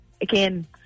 again